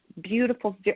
beautiful